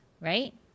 right